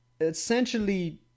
Essentially